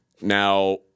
Now